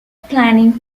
planning